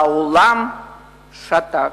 והעולם שתק.